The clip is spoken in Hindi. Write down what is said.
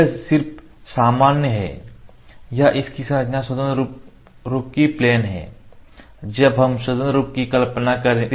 और यह सिर्फ सामान्य है या इस की संरचनाएं स्वतंत्र रूप की प्लेन हैं जब हम स्वतंत्र रूपों की कल्पना करते हैं